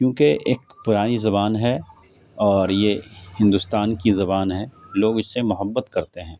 کیونکہ ایک پرانی زبان ہے اور یہ ہندوستان کی زبان ہے لوگ اس سے محبت کرتے ہیں